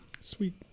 Sweet